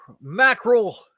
mackerel